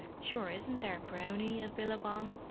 sure isn't there brownie at billabong?